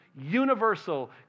universal